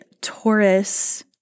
Taurus